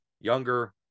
Younger